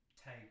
take